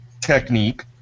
technique